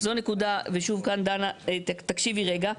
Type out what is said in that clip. זו הנקודה ושוב, כאן, דנה, תקשיבי רגע.